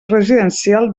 residencial